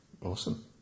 Awesome